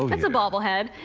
that's a bobble head.